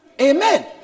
Amen